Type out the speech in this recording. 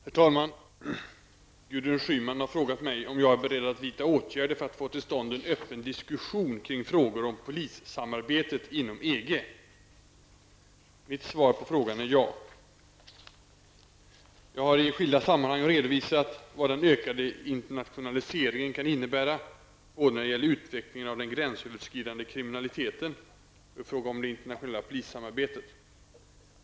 Herr talman! Gudrun Schyman har frågat mig om jag är beredd att vidta åtgärder för att få till stånd en öppen diskussion kring frågor om polissamarbetet inom EG. Mitt svar på frågan är ja. Jag har i skilda sammanhang redovisat vad den ökade internationaliseringen kan innebära både när det gäller utvecklingen av den gränsöverskridande kriminaliteten och i fråga om det internationella polissamarbetet.